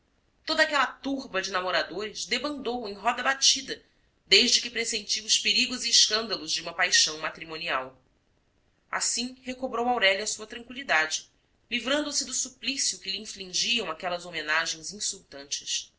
toda aquela turba de namoradores debandou em roda batida desde que pressentiu os perigos e escândalos de uma paixão matrimonial assim recobrou aurélia sua tranqüilidade livrando se do suplício que lhe infligiam aquelas homenagens insultantes